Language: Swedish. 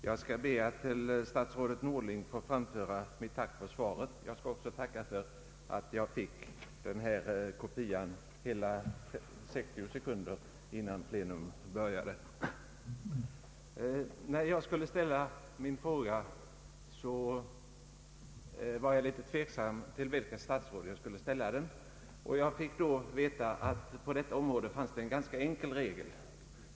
Herr talman! Jag ber att få tacka statsrådet Norling för svaret och även för att jag fick det i skriftlig form hela 60 sekunder innan plenum började. När jag skulle framställa min fråga var jag litet tveksam om till vilket statsråd jag skulle adressera den. Jag fick då veta att det på detta område finns en ganska enkel regel.